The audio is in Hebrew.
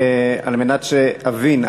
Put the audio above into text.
על מנת שאבין,